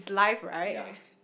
yeah